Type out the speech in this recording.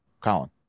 Colin